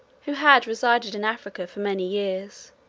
who had resided in africa for many years,